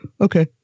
Okay